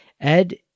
Ed